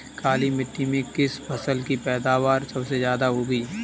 काली मिट्टी में किस फसल की पैदावार सबसे ज्यादा होगी?